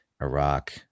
Iraq